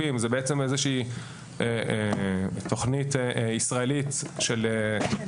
בדרכי גישה למגרשים ומחסור בכוח אדם מקצועי ברשויות המקומיות.